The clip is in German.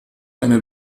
eine